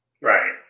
Right